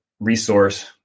resource